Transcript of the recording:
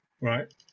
right